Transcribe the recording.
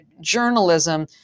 journalism